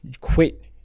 quit